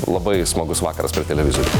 labai smagus vakaras prie televizorių